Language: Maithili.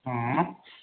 हँ